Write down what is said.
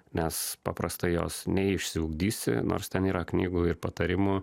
nes paprastai jos neišsiugdysi nors ten yra knygų ir patarimų